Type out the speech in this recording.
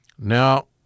Now